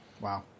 Wow